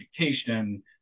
education